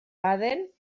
baden